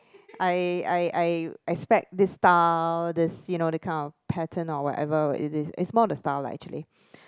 I I I expect this style this you know that kind of pattern or whatever it is it's more of the style lah actually